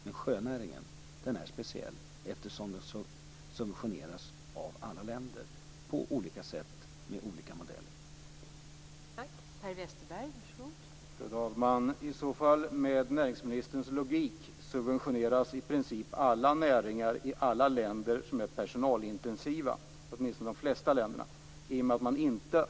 Men sjönäringen är speciell eftersom den subventioneras av alla länder på olika sätt med olika modeller.